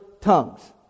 tongues